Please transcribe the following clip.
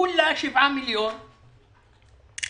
כולה 7 מיליון שקל